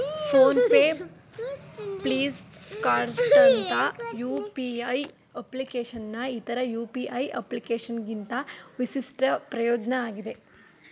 phone pay ಫ್ಲಿಪ್ಕಾರ್ಟ್ನಂತ UPI ಅಪ್ಲಿಕೇಶನ್ನ್ ಇತರ ಯು.ಪಿ.ಐ ಅಪ್ಲಿಕೇಶನ್ಗಿಂತ ವಿಶಿಷ್ಟ ಪ್ರಯೋಜ್ನ ಆಗಿದೆ